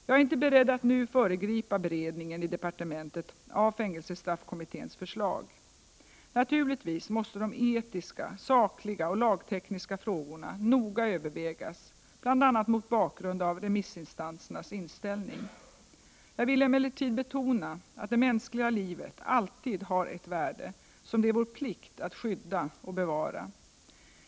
Jag är inte beredd att nu föregripa beredningen i departementet av fängelsestraffkommitténs förslag. Naturligtvis måste de etiska, sakliga och lagtekniska frågorna noga övervägas bl.a. mot bakgrund av remissinstanser nas inställning. Jag vill emellertid betona att det mänskliga livet alltid har ett Prot. 1988/89:42 värde som det är vår plikt att skydda och bevara.